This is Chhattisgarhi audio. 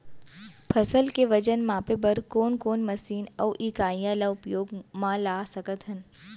फसल के वजन मापे बर कोन कोन मशीन अऊ इकाइयां ला उपयोग मा ला सकथन?